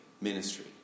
ministry